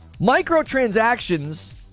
Microtransactions